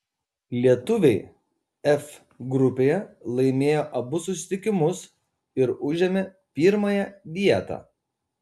lietuviai f grupėje laimėjo abu susitikimus ir užėmė pirmąją vietą